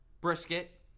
Brisket